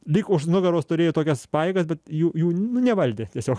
lyg už nugaros turėjo tokias pajėgas bet jų jų nu nevaldė tiesiog